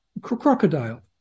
crocodile